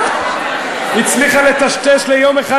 הצליחה לטשטש ליום אחד,